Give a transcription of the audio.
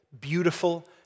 beautiful